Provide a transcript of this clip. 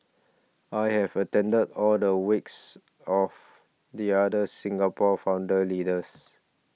I have attended all the wakes of the other Singapore founder leaders